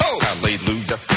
Hallelujah